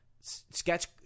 sketch